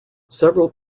several